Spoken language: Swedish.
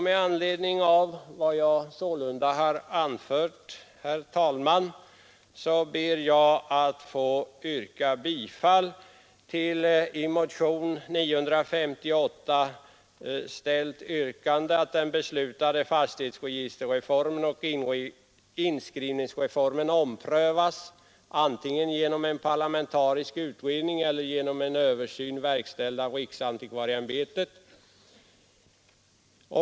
Med anledning av vad jag har anfört, herr talman, ber jag att få yrka bifall till i motionen 958 ställt yrkande att den beslutade fastighetsregisterreformen och inskrivningsreformen omprövas antingen genom en parlamentarisk utredning eller genom en översyn, verkställd av riksantikvarieämbetet.